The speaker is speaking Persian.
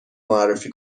معرفی